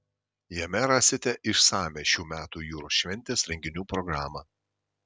jame rasite išsamią šių metų jūros šventės renginių programą